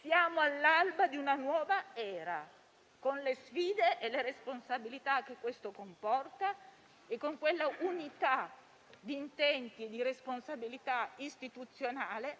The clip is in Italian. siamo all'alba di una nuova era, con le sfide e le responsabilità che questo comporta e con quell'unità di intenti e di responsabilità istituzionale